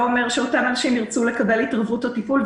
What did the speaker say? אומר שאותם אנשים ירצו לקבל התערבות או טיפול,